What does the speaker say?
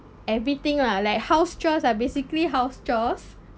everything lah like house chores ah basically house chores